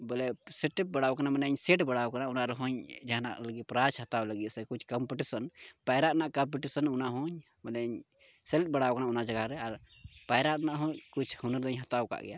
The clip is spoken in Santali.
ᱵᱚᱞᱮ ᱯᱟᱥᱤᱴᱵᱷ ᱵᱟᱲᱟ ᱠᱟᱱᱟᱧ ᱢᱟᱱᱮ ᱥᱮᱹᱴ ᱵᱟᱲᱟᱣ ᱠᱟᱱᱟ ᱚᱱᱟ ᱨᱮ ᱦᱚᱧ ᱡᱟᱦᱟᱱᱟᱜ ᱞᱟᱹᱜᱤᱫ ᱯᱨᱟᱭᱤᱡᱽ ᱦᱟᱛᱟᱣ ᱞᱟᱹᱜᱤᱫ ᱥᱮ ᱪᱮᱠᱟᱢ ᱠᱚᱢᱯᱤᱴᱤᱥᱚᱱ ᱯᱟᱭᱨᱟᱜ ᱨᱮᱱᱟᱜ ᱠᱚᱢᱯᱤᱴᱤᱥᱚᱱ ᱚᱱᱟ ᱦᱚᱧ ᱢᱟᱱᱮᱧ ᱥᱮᱞᱮᱫ ᱵᱟᱲᱟ ᱠᱟᱱᱟ ᱚᱱᱟ ᱡᱟᱭᱜᱟ ᱨᱮ ᱯᱟᱭᱨᱟᱜ ᱨᱮᱱᱟ ᱦᱚᱧ ᱠᱩᱪ ᱦᱩᱱᱟᱹᱨ ᱫᱚᱧ ᱦᱟᱛᱟᱣ ᱠᱟᱫ ᱜᱮᱭᱟ